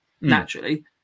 naturally